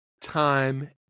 time